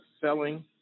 selling